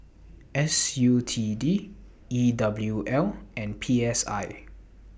S U T D E W L and P S I